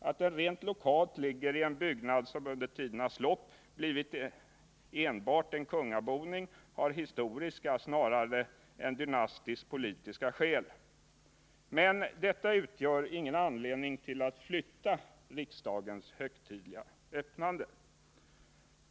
Att den rent lokalt ligger i en byggnad, som under tidernas lopp blivit enbart en kungaboning, har historiska snarare än dynastisk-politiska skäl. Men detta utgör ingen anledning till att flytta riksdagens högtidliga öppnande.